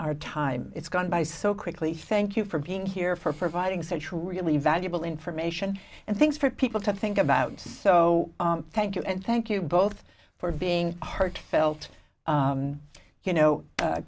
our time it's gone by so quickly thank you for being here for providing such really valuable information and things for people to think about so thank you and thank you both for being heartfelt you know